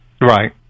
Right